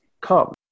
come